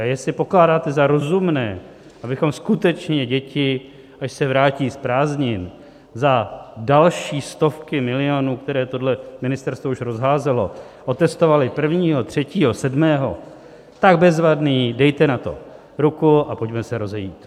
A jestli pokládáte za rozumné, abychom skutečně děti, až se vrátí z prázdnin, za další stovky milionů, které tohle ministerstvo už rozházelo, otestovali prvního, třetího, sedmého, tak bezvadné, dejte na to ruku a pojďme se rozejít.